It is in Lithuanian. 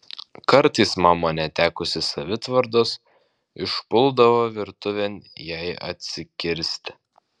kartais mama netekusi savitvardos išpuldavo virtuvėn jai atsikirsti